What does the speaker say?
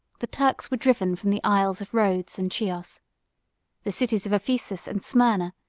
the turks were driven from the isles of rhodes and chios the cities of ephesus and smyrna,